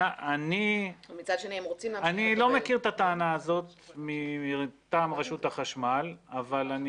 אני לא מכיר את הטענה הזאת מטעם רשות החשמל אבל אני